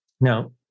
Now